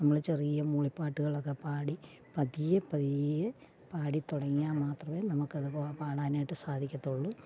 നമ്മൾ ചെറിയ മൂളി പാട്ടുകളൊക്കെ പാടി പതിയെ പതിയെ പാടി തുടങ്ങിയ മാത്രമേ നമുക്ക് അത് പാടാനായിട്ട് സാധിക്കുകയുള്ളൂ